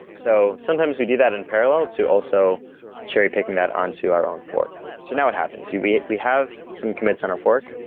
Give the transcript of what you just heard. so sometimes we do that in parallel to also cherry-picking that onto our own fork so now it happens. we we have some commits on our fork.